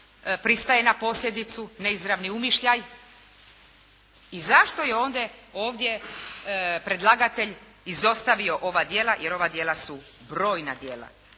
pristaje na posljedicu, neizravni umišljaj i zašto je ovdje predlagatelj izostavio ova djela, jer ova djela su brojna djela